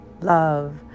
love